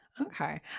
Okay